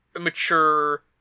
mature